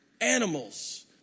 animals